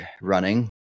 running